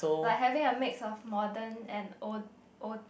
like having a mix of modern and old old